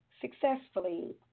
successfully